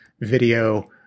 video